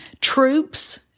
Troops